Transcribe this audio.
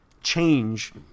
change